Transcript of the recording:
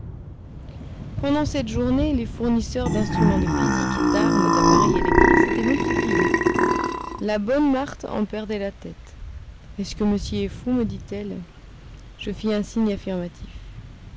pendant cette journée les fournisseurs d'instruments de physique d'armes d'appareils électriques s'étaient multipliés la bonne marthe en perdait la tête est-ce que monsieur est fou me dit-elle je fis un signe affirmatif